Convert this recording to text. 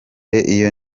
iyo